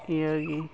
near ᱜᱮ